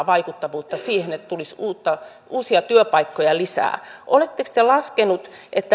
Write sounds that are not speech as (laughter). (unintelligible) vaikuttavuutta siihen että tulisi uusia työpaikkoja lisää oletteko te laskenut